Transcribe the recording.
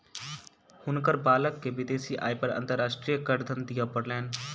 हुनकर बालक के विदेशी आय पर अंतर्राष्ट्रीय करधन दिअ पड़लैन